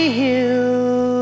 hill